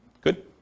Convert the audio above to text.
Good